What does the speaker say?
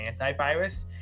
Antivirus